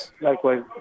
Likewise